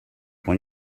when